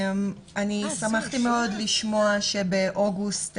אני שמחתי מאוד לשמוע שבאוגוסט,